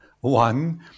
one